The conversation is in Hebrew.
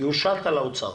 יושת על האוצר.